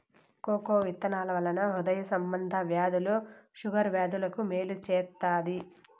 cocoa విత్తనాల వలన హృదయ సంబంధ వ్యాధులు షుగర్ వ్యాధులకు మేలు చేత్తాది